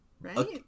right